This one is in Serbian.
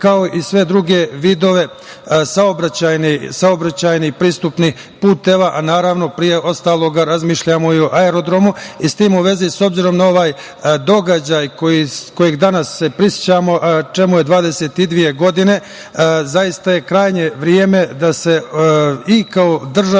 kao i sve druge vidove saobraćajnih pristupnih puteva, a naravno pre ostalog razmišljamo i o aerodromu. S tim u vezi, s obzirom na ovaj događaj kojeg se danas prisećamo, čemu je 22 godine, zaista je krajnje vreme da se kao država